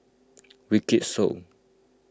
Wykidd Song